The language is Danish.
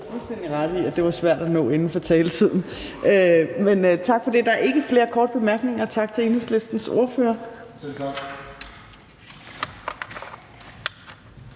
det var svært at nå inden for taletiden. Men tak for det. Der er ikke flere korte bemærkninger, så tak til Enhedslistens ordfører